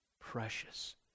precious